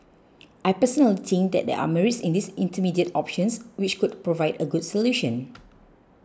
I personally think there are merits in these intermediate options which could provide a good solution